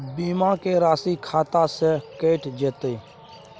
बीमा के राशि खाता से कैट जेतै?